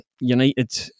United